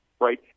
right